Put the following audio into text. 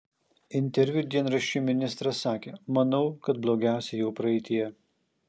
interviu dienraščiui ministras sakė manau kad blogiausia jau praeityje